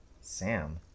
Sam